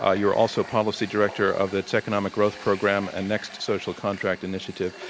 ah you are also policy director of its economic growth program and next social contract initiative.